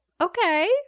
okay